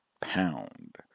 pound